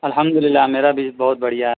الحمد للہ میرا بھی بہت بڑھیا ہے